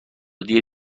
دیر